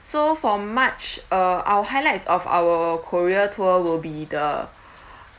so for march uh our highlights of our korea tour will be the